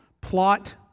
plot